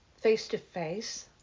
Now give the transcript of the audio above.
face-to-face